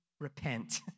repent